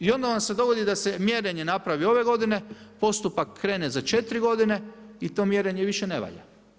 I onda vam se dogodi da se mjerenje napravi ove godine, postupak krene za 4 godine i to mjerenje više ne valja.